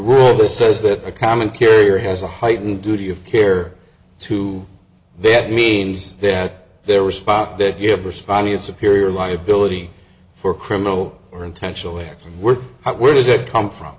rule that says that the common carrier has a heightened duty of care to their means their response that you have responded to superior liability for criminal or intentional acts and were where does it come from